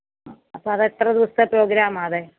അപ്പം അത് എത്ര ദിവസത്തെ പ്രോഗ്രാമാണ് അത്